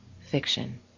Fiction